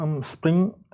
Spring